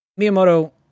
Miyamoto